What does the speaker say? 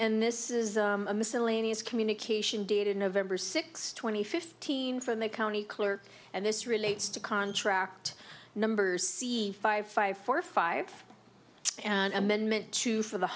and this is a miscellaneous communication dated november sixth twenty fifteen from the county clerk and this relates to contract numbers c five five four five and amendment two for the